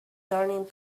turning